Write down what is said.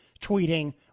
tweeting